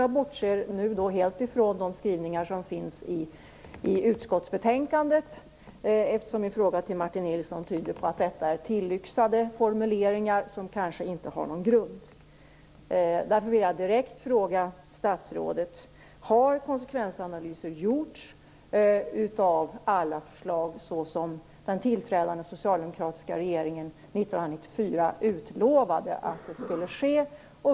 Jag bortser nu helt från de skrivningar som finns i utskottsbetänkandet, eftersom min fråga till Martin Nilsson tyder på att detta är tillyxade formuleringar som kanske inte har någon grund. Därför vill jag direkt fråga statsrådet: Har konsekvensanalyser gjorts av alla förslag, såsom den tillträdande socialdemokratiska regeringen 1994 utlovade skulle ske?